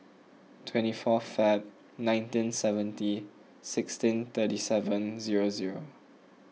twenty fourth Feb nineteen seventy sixteen thirty seven zero zero